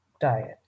diet